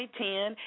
2010